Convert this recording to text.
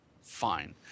fine